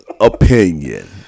opinion